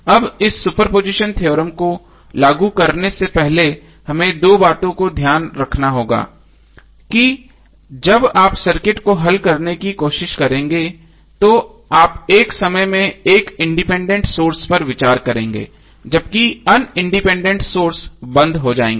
अब इस superposition theorem को लागू करने से पहले हमें 2 बातों को ध्यान में रखना होगा कि जब आप सर्किट को हल करने की कोशिश करेंगे तो आप एक समय में केवल एक इंडिपेंडेंट सोर्स पर विचार करेंगे जबकि अन्य इंडिपेंडेंट सोर्स बंद हो जाएंगे